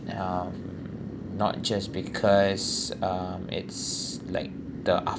um not just because it's like the